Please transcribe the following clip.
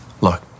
Look